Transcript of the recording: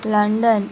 landon